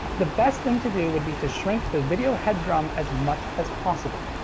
the best thing to do would be to shrink the video head drum as much as possible.